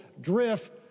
drift